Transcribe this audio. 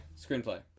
Screenplay